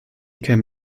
came